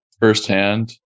firsthand